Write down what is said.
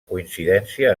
coincidència